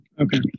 Okay